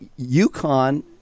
UConn